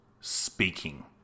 speaking